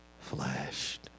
flashed